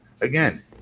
again